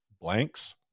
blanks